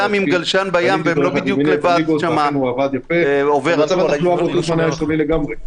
עובר על שלוש ההגבלות.